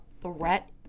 threat